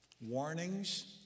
warnings